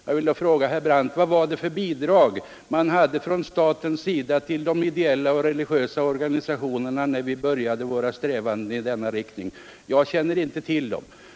Då vill jag fråga herr Brandt: Vad fanns det för statsbidrag till de ideella och religiösa organisationerna när vi började framföra våra förslag inom detta område? Jag känner inte till några sådana bidrag.